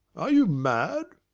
are you mad?